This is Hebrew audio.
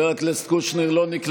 גם טר"ם נותנים לנו,